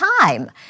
time